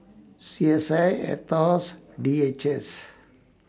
C S I Aetos D H S